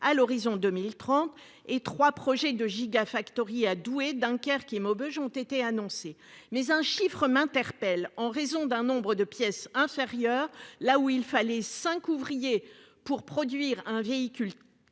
l'horizon 2030 et 3 projets de gigafactories à Douai, Dunkerque et Maubeuge ont été annoncés, mais un chiffre m'interpelle en raison d'un nombre de pièces inférieure là où il fallait 5 ouvriers pour produire un véhicule